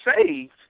saved